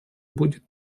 будет